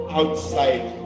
outside